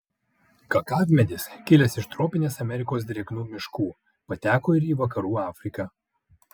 kakavmedis kilęs iš tropinės amerikos drėgnų miškų pateko ir į vakarų afriką